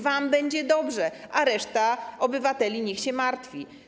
Wam będzie dobrze, a reszta obywateli niech się martwi.